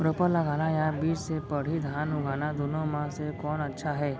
रोपा लगाना या बीज से पड़ही धान उगाना दुनो म से कोन अच्छा हे?